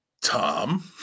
Tom